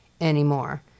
anymore